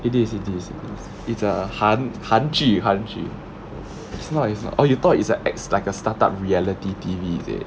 it is it is it's a 韩韩剧韩剧 it's nice lah oh you thought is like a act~ like a startup reality T_V is it